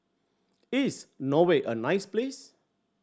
is Norway a nice place